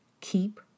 Keep